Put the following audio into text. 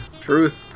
Truth